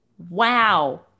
Wow